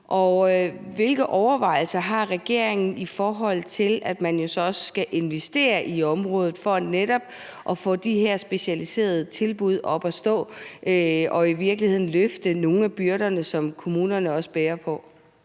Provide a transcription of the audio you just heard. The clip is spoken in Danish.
Og hvilke overvejelser har regeringen, i forhold til at man jo så også skal investere i området for netop at få de her specialiserede tilbud op at stå og i virkeligheden løfte nogle af byrderne, som kommunerne også bærer på?